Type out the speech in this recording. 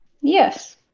Yes